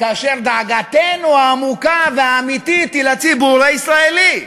כאשר דאגתנו העמוקה והאמיתית היא לציבור הישראלי?